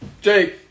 Jake